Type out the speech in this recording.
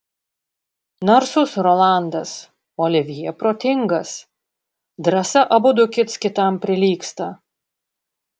narsus rolandas olivjė protingas drąsa abudu kits kitam prilygsta